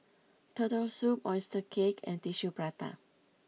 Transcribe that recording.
Turtle Soup Oyster Cake and Tissue Prata